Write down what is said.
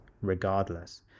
regardless